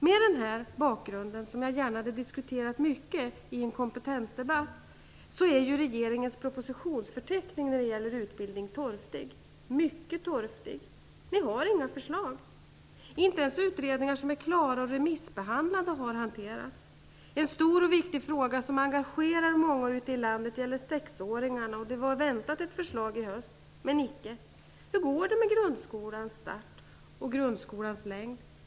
Med den här bakgrunden, som jag gärna hade diskuterat mycket i en kompetensdebatt, är regeringens propositionsförteckning när det gäller utbildning torftig, mycket torftig. Ni har inga förslag. Inte ens utredningar som är klara och remissbehandlade har hanterats. En stor och viktig fråga som engagerar många ute i landet gäller sexåringarna, och ett förslag var väntat i höst, men icke. Hur går det med grundskolans start och grundskolans längd?